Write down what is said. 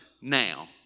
now